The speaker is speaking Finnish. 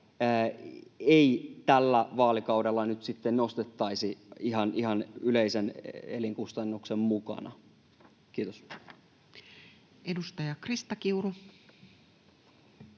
ei tällä vaalikaudella nyt sitten nostettaisi ihan yleisen elinkustannuksen mukana. — Kiitos. [Speech 112]